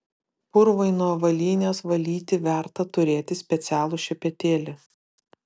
purvui nuo avalynės valyti verta turėti specialų šepetėlį